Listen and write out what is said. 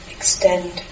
Extend